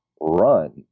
run